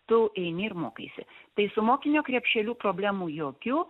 tu eini ir mokaisi tai su mokinio krepšeliu problemų jokių